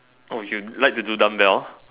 oh you like to do dumbbell